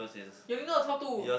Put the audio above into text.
can we know the top two